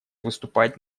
выступать